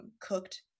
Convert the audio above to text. cooked